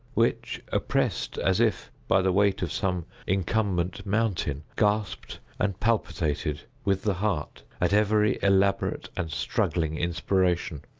which oppressed as if by the weight of some incumbent mountain, gasped and palpitated, with the heart, at every elaborate and struggling inspiration.